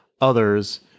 others